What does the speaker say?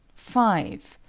five.